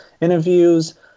interviews